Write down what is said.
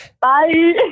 bye